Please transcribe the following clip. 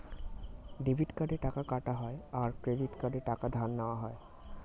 debit কার্ডে টাকা কাটা হয় আর ক্রেডিট কার্ডে টাকা ধার নেওয়া হয়